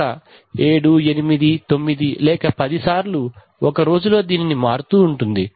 ఒక 789 లేక పది సార్లు ఒక రోజులో దీనిని మారుతూ ఉంటుంది